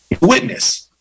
witness